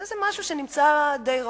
זה משהו שנמצא די רחוק.